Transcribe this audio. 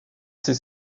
ces